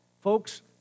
Folks